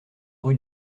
rue